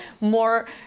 more